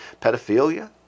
pedophilia